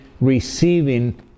receiving